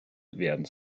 werden